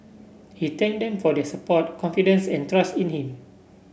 he thanked them for their support confidence and trust in him